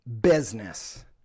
business